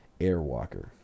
Airwalker